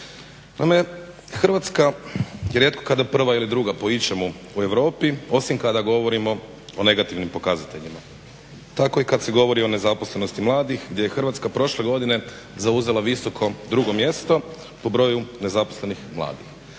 Naime, Hrvatske je rijetko kada prva ili druga po ičemu u Europi osim kada govorimo o negativnim pokazateljima. Tako i kad se govori o nezaposlenosti mladih gdje je Hrvatska prošle godine zauzela visoko drugo mjesto po broju nezaposlenih mladih.